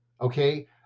okay